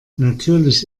natürlich